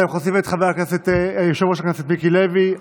אנחנו מוסיפים את יושב-ראש הכנסת מיקי לוי.